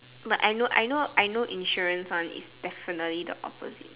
but I know I know I know insurance one is definitely the opposite